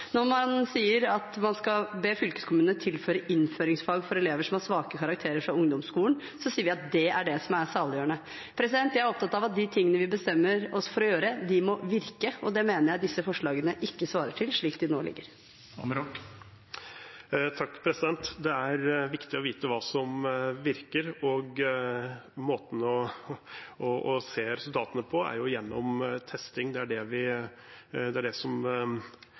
Når man foreslår at regjeringen skal be fylkeskommunene tilby innføringsfag til elever som har svake karakterer i ungdomsskolen, sier man at det er det som er saliggjørende. Jeg er opptatt av de tingene vi bestemmer oss for å gjøre, må virke. Det mener jeg at disse forslagene ikke gjør, slik de nå foreligger. Det er viktig å vite hva som virker, og måten man ser resultater på, er gjennom testing. Det er det som viser hvordan kunnskapsnivået ligger an. Det ble fra flere representanter uttrykt at testing ses på som